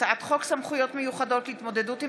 הצעת חוק סמכויות מיוחדות להתמודדות עם